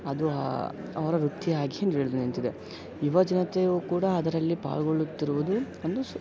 ಅದು ಅವರ ವೃತ್ತಿಯಾಗಿ ಬೆಳ್ದು ನಿಂತಿದೆ ಯುವಜನತೆಯು ಕೂಡ ಅದರಲ್ಲಿ ಪಾಲ್ಗೊಳ್ಳುತ್ತಿರುವುದು ಒಂದು ಸು